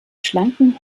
schlanken